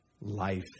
life